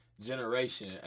generation